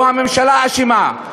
או הממשלה אשמה,